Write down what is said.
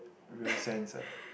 real sense ah